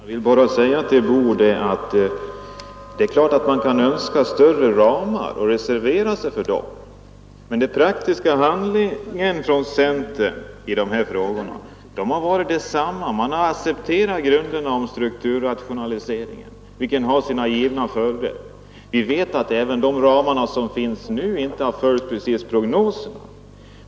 Fru talman! Jag vill bara säga till herr Boo att det är klart att man kan önska större ramar och reservera sig härför. Men det praktiska handlandet från centern i dessa frågor har varit detsamma som regeringens. Centern har accepterat grunden för strukturrationaliseringen, vilken har sina givna följder. Vi vet att inte heller de ramar som nu finns precis har följt prognosen.